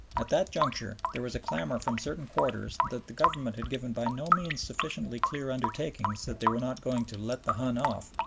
at that juncture there was a clamor from certain quarters that the government had given by no means sufficiently clear undertakings that they were not going to let the hun off.